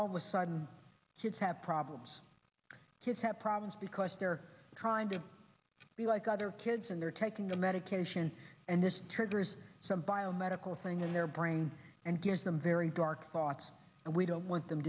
all of a sudden kids have problems kids have problems because they're trying to be like other kids and they're taking the medication and this triggers some biomedical thing in their brain and gives them very dark thoughts and we don't want them